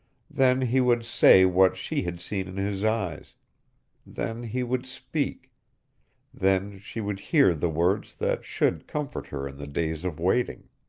then he would say what she had seen in his eyes then he would speak then she would hear the words that should comfort her in the days of waiting.